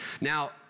Now